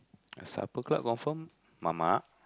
Supper Club confirm mamak